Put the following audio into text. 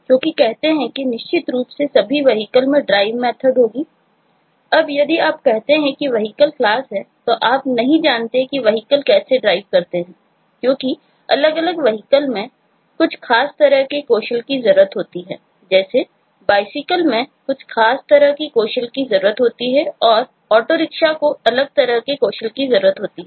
क्योंकि कहते हैं कि निश्चित रूप से सभी Vehicle में drive होते हैं